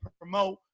promote